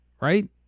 right